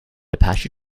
apache